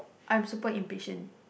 I'm super impatient